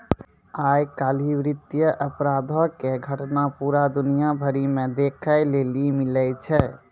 आइ काल्हि वित्तीय अपराधो के घटना पूरा दुनिया भरि मे देखै लेली मिलै छै